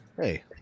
hey